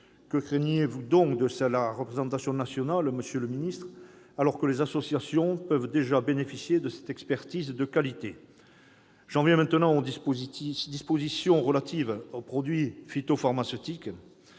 Que craigniez-vous donc de la représentation nationale, monsieur le ministre, quand les associations peuvent déjà bénéficier de cette expertise de qualité ? J'en viens maintenant aux dispositions relatives aux produits phytopharmaceutiques.